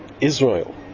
Israel